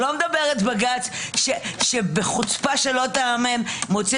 לא מדבר בג"ץ שבחוצפה שלא תיאמן מוציא